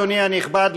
אדוני הנכבד,